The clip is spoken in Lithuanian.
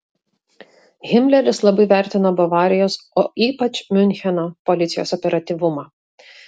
himleris labai vertino bavarijos o ypač miuncheno policijos operatyvumą